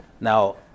Now